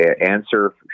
answer